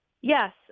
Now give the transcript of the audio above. Yes